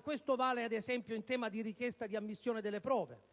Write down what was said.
Questo vale, ad esempio, in tema di richiesta di ammissione delle prove,